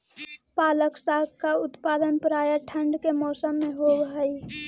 पालक साग का उत्पादन प्रायः ठंड के मौसम में होव हई